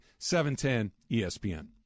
710-ESPN